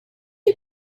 you